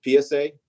PSA